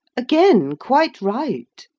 again quite right.